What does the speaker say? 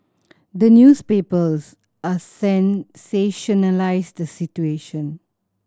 the newspapers a sensationalise the situation